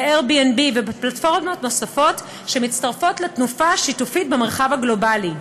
ב-Airbnb ובפלטפורמות נוספות שמצטרפות לתנופה השיתופית במרחב הגלובלי.